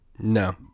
No